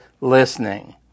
listening